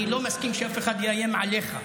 אני לא מסכים שאף אחד יאיים עליך.